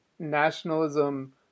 nationalism